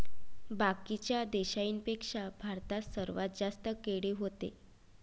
बाकीच्या देशाइंपेक्षा भारतात सर्वात जास्त केळी व्हते